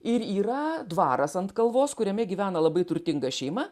ir yra dvaras ant kalvos kuriame gyvena labai turtinga šeima